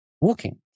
walking